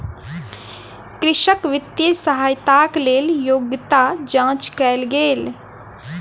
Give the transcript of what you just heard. कृषक वित्तीय सहायताक लेल योग्यता जांच कयल गेल